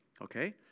Okay